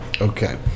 okay